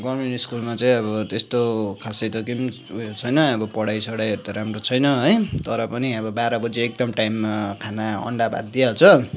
government स्कुलमा चाहिँ अब त्यस्तो खासै त केही पनि उयो छैन अब पढाइसढाइहरू त राम्रो छैन है तर पनि अब बाह्र बजे एकदम टाइममा खाना अन्डा भात दिहाल्छ